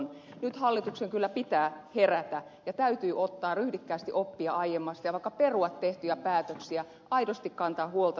nyt hallituksen kyllä pitää herätä ja täytyy ottaa ryhdikkäästi oppia aiemmasta ja vaikka perua tehtyjä päätöksiä aidosti kantaa huolta suomesta